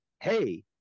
hey